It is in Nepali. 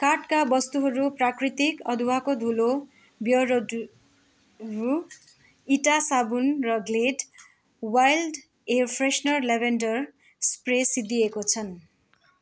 कार्टका वस्तुहरू प्राकृतिक अदुवाको धुलो बियरडु इँटा साबुन र Glade wild air freshener lavender spray सिद्धिएको छन्